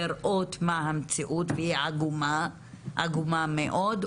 לראות מה המציאות והיא עגומה מאוד.